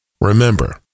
Remember